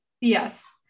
Yes